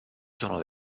sono